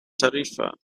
tarifa